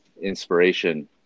inspiration